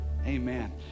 amen